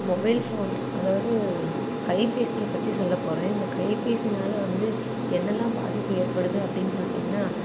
mobile phone அதாவது கைபேசியை பற்றி சொல்லப் போகிறேன் இந்த கைபேசினால் வந்து என்னெல்லாம் பாதிப்பு ஏற்படுது அப்படின் பார்த்திங்கனா